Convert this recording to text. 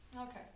Okay